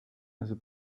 also